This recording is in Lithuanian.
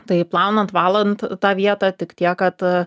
tai plaunant valant tą vietą tik tiek kad